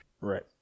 Right